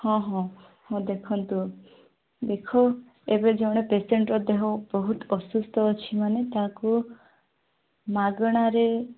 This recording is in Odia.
ହଁ ହଁ ହଁ ଦେଖନ୍ତୁ ଦେଖ ଏବେ ଜଣେ ପେସେଣ୍ଟ୍ର ଦେହ ବହୁତ ଅସୁସ୍ଥ ଅଛି ମାନେ ତାକୁ ମାଗଣାରେ